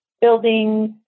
buildings